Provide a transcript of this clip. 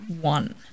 one